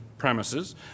premises